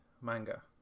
manga